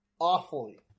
awfully